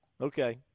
Okay